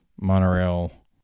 monorail